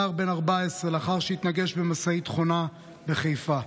נער בן 14, לאחר שהתנגש במשאית חונה בחיפה.